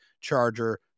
charger